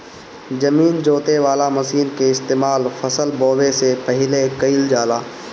जमीन जोते वाला मशीन के इस्तेमाल फसल बोवे से पहिले कइल जाला